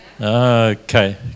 Okay